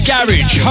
Garage